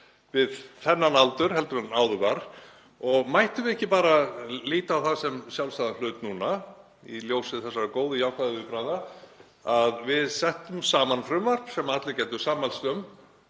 við þennan aldur en áður var. Mættum við ekki bara líta á það sem sjálfsagðan hlut, í ljósi þessara góðu jákvæðu viðbragða, að við settum saman frumvarp sem allir gætu sammælst um